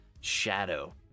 shadow